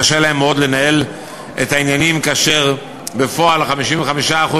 קשה להם מאוד לנהל את העניינים כאשר בפועל ה-55%